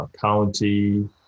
county